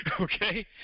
Okay